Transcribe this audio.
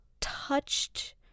touched